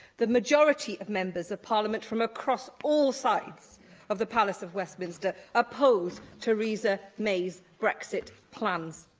the majority of members of parliament from across all sides of the palace of westminster oppose theresa may's brexit plans.